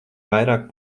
vairāk